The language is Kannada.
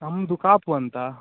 ನಮ್ಮದು ಕಾಪು ಅಂತ